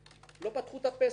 לא פתחו את הפה עשרות שנים.